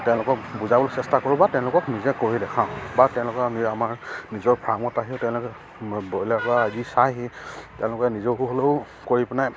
তেওঁলোকক বুজাব চেষ্টা কৰোঁ বা তেওঁলোকক নিজে কৰি দেখাওঁ বা তেওঁলোকে আমি আমাৰ নিজৰ ফাৰ্মত আহিও তেওঁলোকে ব্ৰইলাৰ পৰা আদি চাইহি তেওঁলোকে নিজকো হ'লেও কৰি পিনে